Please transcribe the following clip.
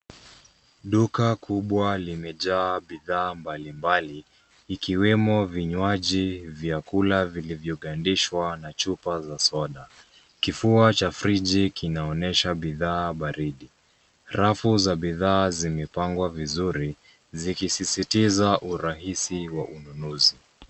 Duka kubwa limejaa bidhaa mbalimbali ikiwemo vinywaji, vyakula vilivyo gandishwa na chupa za soda. Kifua cha frigi kinaonyesha bidhaa baridi. Rafu za bidhaa zimepangwa vizuri zikisisitiza urahisi wa ununuzi.